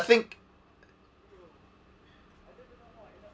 I think